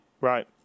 Right